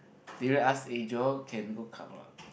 Daryl will ask eh Joel can go club or not